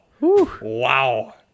Wow